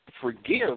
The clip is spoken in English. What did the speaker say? forgive